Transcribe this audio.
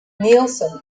nielsen